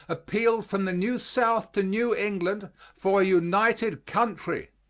appealed from the new south to new england for a united country.